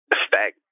stack